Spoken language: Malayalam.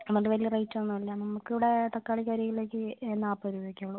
അതുകൊണ്ട് വലിയ റേറ്റ് ഒന്നും ഇല്ല നമുക്ക് ഇവിടെ തക്കാളിക്ക് ഒരു കിലോയ്ക്ക് നാൽപ്പത് രൂപ ഒക്കെയേ ഉളളൂ